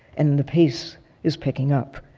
and the pace is picking up.